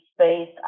space